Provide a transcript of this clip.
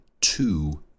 two